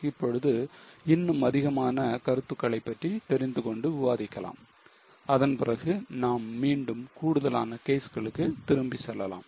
இப்பொழுது இன்னும் அதிகமான கருத்துகளைப் பற்றி தெரிந்து கொண்டு விவாதிக்கலாம் அதன் பிறகு நாம் மீண்டும் கூடுதலான கேஸ்களுக்கு திரும்பி செல்லலாம்